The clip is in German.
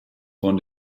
von